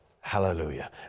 hallelujah